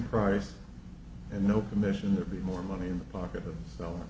price and no commission there be more money in the pocket so